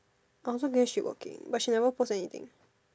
I also gain she working but she never post anything